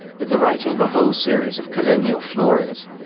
with the writing of a whole series of colonial floras,